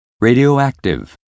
radioactive